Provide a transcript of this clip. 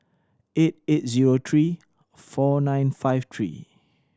eight eight zero three four nine five three